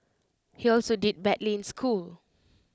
he also did badly in school